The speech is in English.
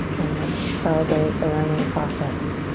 and let's celebrate the learning process,